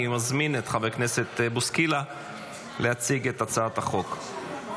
אני מזמין את חבר הכנסת בוסקילה להציג את הצעת החוק.